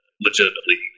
legitimately